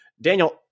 Daniel